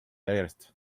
järjest